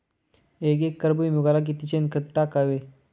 एक एकर भुईमुगाला किती शेणखत टाकावे?